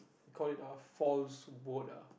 call it a false vote ah